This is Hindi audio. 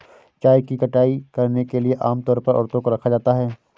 चाय की कटाई करने के लिए आम तौर पर औरतों को रखा जाता है